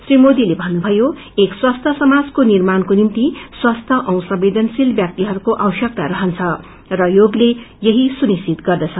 श्री मोदीले भन्नुभयो एक स्वस्थ्य समाजको निर्माणको निम्ति स्वस्थ्य औ संवेदलशील व्याक्तिहरूको आवश्यकता रहन्छ र योगले यही सुनिश्चित गर्दछ